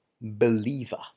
believer